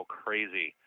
crazy